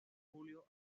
julio